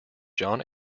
john